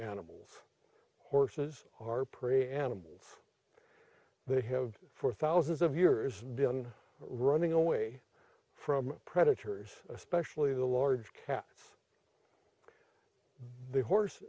animals horses are prey animals they have for thousands of years been running away from predators especially the large cats the horse